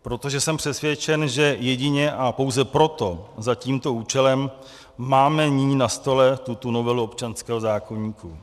Protože jsem přesvědčen, že jedině a pouze proto, za tímto účelem máme nyní na stole tuto novelu občanského zákoníku.